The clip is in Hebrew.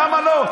למה לא?